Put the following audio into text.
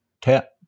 tap